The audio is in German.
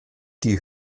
die